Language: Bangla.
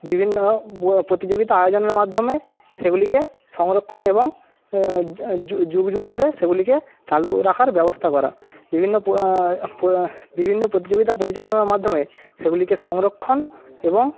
বিভিন্ন প্রতিযোগিতা আয়োজনের মাধ্যমে সেগুলিকে সংরক্ষণ এবং য যুগ যুগ ধরে সেগুলিকে চালু রাখার ব্যবস্থা করা বিভিন্ন প প বিভিন্ন প্রতিযোগিতা পরিচালনার মাধ্যমে সেগুলিকে সংরক্ষণ এবং